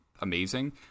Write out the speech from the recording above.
amazing